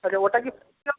আচ্ছা ওটা কি